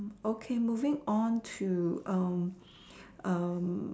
okay moving on to